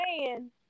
man